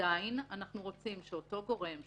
עדיין אנחנו רוצים שאותו גורם,